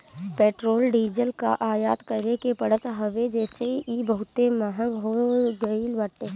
petrol diesel कअ आयात करे के पड़त हवे जेसे इ बहुते महंग हो गईल बाटे